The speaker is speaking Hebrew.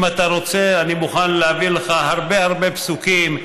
אם אתה רוצה, אני מוכן להביא לך הרבה הרבה פסוקים.